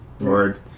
Word